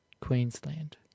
Queensland